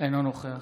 אינו נוכח